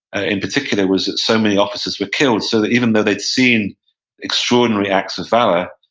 in particular, was that so many officers were killed, so that even though they'd seen extraordinary acts of valor,